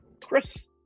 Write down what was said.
Chris